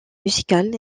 musicales